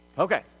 Okay